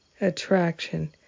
attraction